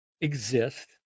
exist